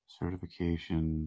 certification